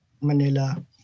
Manila